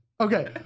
Okay